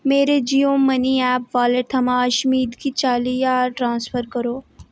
मेरे Jio money app wallet थमां अशमीत गी चाली ज्हार ट्रांसफर करो